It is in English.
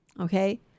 Okay